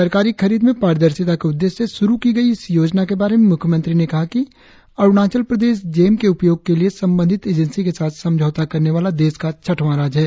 सरकारी खरीद में पारदर्शिता के उद्देश्य से शुरु की गई इस योजना के बारे में मुख्यमंत्री ने कहा कि अरुणाचल प्रदेश जेम के उपयोग के लिए संबंधित एजेंसी के साथ समझौता करने वाला देश का छठवा राज्य है